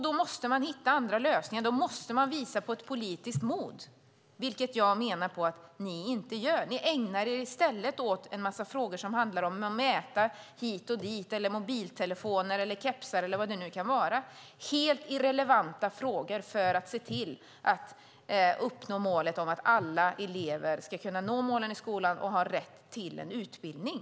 Då måste man hitta andra lösningar. Då måste man visa politiskt mod, vilket jag menar att ni inte gör. Ni ägnar er i stället åt en massa frågor som handlar om att mäta hit och dit, mobiltelefoner, kepsar eller vad det nu kan vara. Det är helt irrelevanta frågor när det gäller att uppnå målet om att alla elever ska kunna nå målen i skolan och ha rätt till en utbildning.